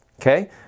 okay